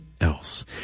else